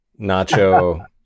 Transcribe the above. nacho